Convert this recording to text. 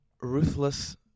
ruthless